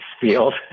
field